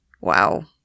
Wow